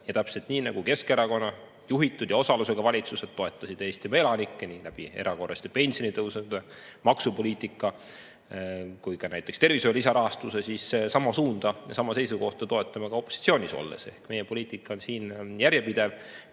Täpselt nii nagu Keskerakonna juhitud ja tema osalusega valitsused on toetanud Eestimaa elanikke nii erakorraliste pensionitõusude, maksupoliitika kui ka näiteks tervishoiu lisarahastusega, siis sama suunda ja sama seisukohta toetame ka opositsioonis olles. Meie poliitika on järjepidev